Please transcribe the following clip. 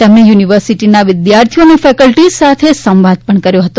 તેમણે આ યુનિવર્સિટીના વિદ્યાર્થીઓ અને ફેકલ્ટીઝ સાથે સંવાદ પણ કર્યો હતો